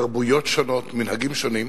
תרבויות שונות, מנהגים שונים.